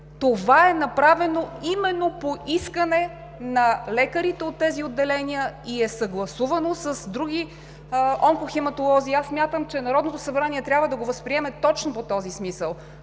Това е направено именно по искане на лекарите от тези отделения и е съгласувано с други онкохематолози. Смятам, че Народното събрание трябва да го възприеме точно по този смисъл.